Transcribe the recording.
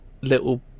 Little